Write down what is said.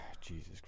Jesus